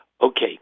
Okay